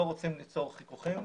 לא רוצים ליצור חיכוכים,